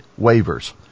waivers